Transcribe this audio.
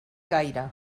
gaire